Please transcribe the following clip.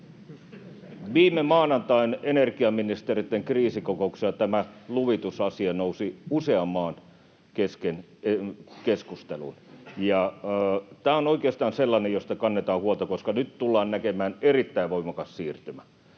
Viime maanantain energiaministereitten kriisikokouksessa tämä luvitusasia nousi usean maan kesken keskusteluun, ja tämä on oikeastaan sellainen, josta kannetaan huolta, koska nyt tullaan näkemään erittäin voimakas siirtymä.